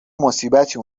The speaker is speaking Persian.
مصیبتی